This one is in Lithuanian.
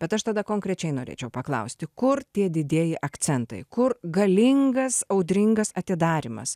bet aš tada konkrečiai norėčiau paklausti kur tie didieji akcentai kur galingas audringas atidarymas